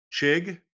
Chig